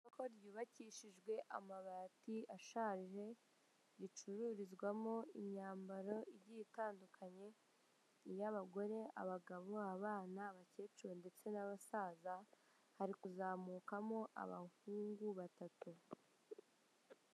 Isoko ryubakishijwe amabati ashaje ricururizwamo imyambaro igiye itandukanye, iy'abagore, abagabo, abana, abakecuru ndetse n'abasaza hari kuzamukamo abahungu batatu.